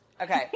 Okay